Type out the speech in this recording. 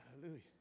Hallelujah